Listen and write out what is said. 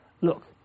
Look